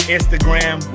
Instagram